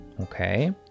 Okay